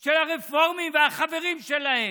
של הרפורמים והחברים שלהם.